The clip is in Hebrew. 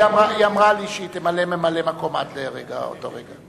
היא אמרה לי שהיא תמנה ממלא-מקום עד לאותו רגע.